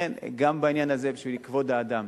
לכן גם בעניין הזה, בשביל כבוד האדם,